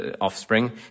offspring